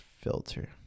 filter